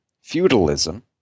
feudalism